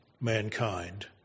mankind